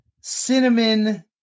cinnamon